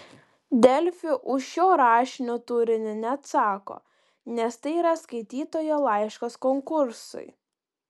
delfi už šio rašinio turinį neatsako nes tai yra skaitytojo laiškas konkursui